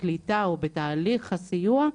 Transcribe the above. הקליטה או בתהליך הסיוע,